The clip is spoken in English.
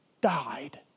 died